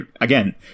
again